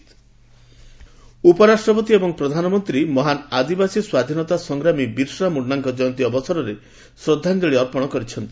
Birsa Munda anniversary ଉପରାଷ୍ଟ୍ରପତି ଏବଂ ପ୍ରଧାନମନ୍ତ୍ରୀ ମହାନ୍ ଆଦିବାସୀ ସ୍ୱାଧୀନତା ସଂଗ୍ରାମୀ ବିର୍ସା ମୁଖାଙ୍କ ଜୟନ୍ତୀ ଅବସରରେ ଶ୍ରଦ୍ଧାଞ୍ଜଳି ଅର୍ପଣ କରିଛନ୍ତି